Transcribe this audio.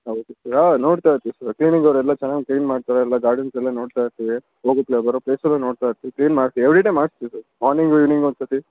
ಹೌದು ಸರ್ ಹಾಂ ನೋಡ್ತಾ ಇರ್ತೀವಿ ಸರ್ ಕ್ಲೀನಿಂಗ್ ಅವರೆಲ್ಲ ಚೆನ್ನಾಗಿ ಕ್ಲೀನ್ ಮಾಡ್ತಾರಾ ಎಲ್ಲ ಗಾರ್ಡನ್ಸೆಲ್ಲ ನೋಡ್ತಾ ಇರ್ತೀವಿ ಹೋಗೋ ಪ್ಲೇ ಬರೋ ಪ್ಲೇಸೆಲ್ಲ ನೋಡ್ತಾ ಇರ್ತೀವಿ ಕ್ಲೀನ್ ಮಾಡ್ತೀವಿ ಎವ್ರಿ ಡೇ ಮಾಡ್ಸ್ತೀವಿ ಸರ್ ಮಾರ್ನಿಂಗ್ ಇವ್ನಿಂಗ್ ಒಂದ್ಸತಿ